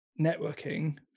networking